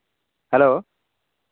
hello